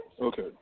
Okay